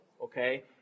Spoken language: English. okay